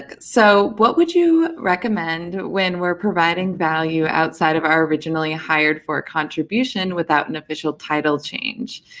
ah so what would you recommend when we are providing value outside of our originally hired for contribution without an official title change?